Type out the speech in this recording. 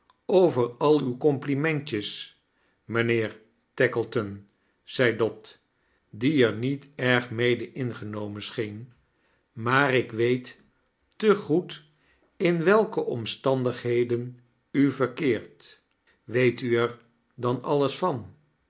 over al uw complimentjes mijnheer tackleton zei dot die er niet erg mede ingenomen scheen maar ik weet tegoed in welke omstandigheden u verkeert r weet u er dan alles van